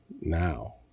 now